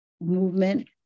movement